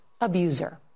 abuser